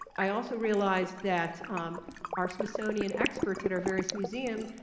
i also realized that our smithsonian experts at our various museum,